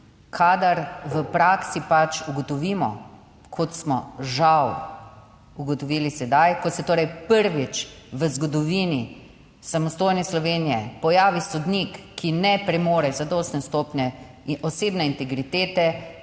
kadar v praksi pač ugotovimo, kot smo, žal, ugotovili sedaj, ko se torej prvič v zgodovini samostojne Slovenije pojavi sodnik, ki ne premore zadostne stopnje osebne integritete,